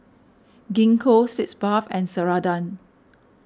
Gingko Sitz Bath and Ceradan